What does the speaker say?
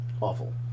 Awful